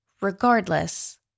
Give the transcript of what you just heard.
regardless